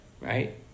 Right